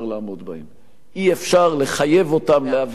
אי-אפשר לחייב אותם להביא כל מיני הוכחות